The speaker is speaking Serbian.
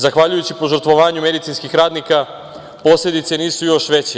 Zahvaljujući požrtvovanju medicinskih radnika, posledice nisu još veće.